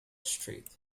street